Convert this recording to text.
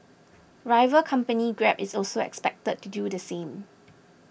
rival company Grab is also expected to do the same